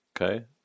Okay